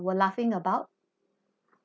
were laughing about